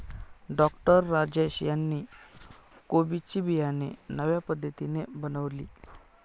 doctor Rajesh यांनी कोबी ची बियाणे नव्या पद्धतीने बनवली